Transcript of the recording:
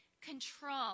Control